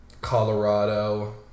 Colorado